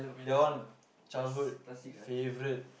that one childhood favorite